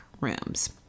rooms